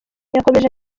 yakomeje